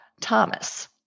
Thomas